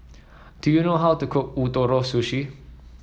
do you know how to cook Ootoro Sushi